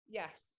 yes